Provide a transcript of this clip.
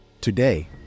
Today